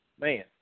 Man